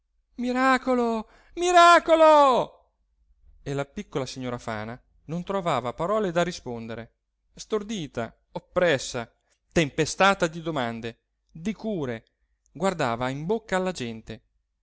miracolo miracolo e la piccola signora fana non trovava parole da rispondere stordita oppressa tempestata di domande di cure guardava in bocca la gente